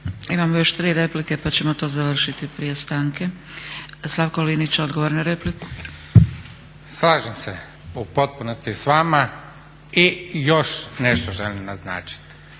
Imamo još tri replike pa ćemo to završiti prije stanke. Slavko Linić, odgovor na repliku. **Linić, Slavko (Nezavisni)** Slažem se u potpunosti s vama i još nešto želim naznačiti.